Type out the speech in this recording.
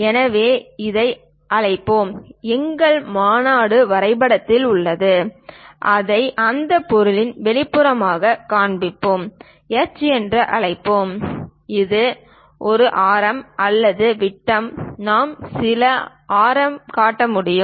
இதை இதை அழைப்போம் எங்கள் மாநாடு வரைபடத்தில் உள்ளது அதை அந்த பொருளின் வெளிப்புறமாகக் காண்பிப்போம் எச் என்று அழைப்போம் இந்த ஒரு ஆரம் அல்லது விட்டம் நாம் சில ஆரம் காட்ட முடியும்